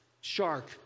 shark